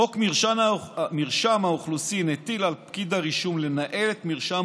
חוק מרשם האוכלוסין הטיל על פקיד הרישום לנהל את מרשם